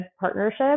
partnership